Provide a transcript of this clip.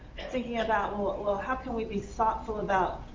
thinking about, well, how can we be thoughtful about